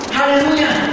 Hallelujah